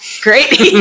great